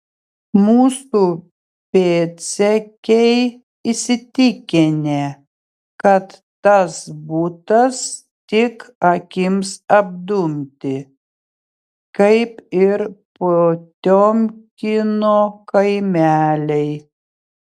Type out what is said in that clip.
mūsų pėdsekiai įsitikinę kad tas butas tik akims apdumti kaip ir potiomkino kaimeliai